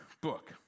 book